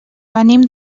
venim